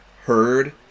heard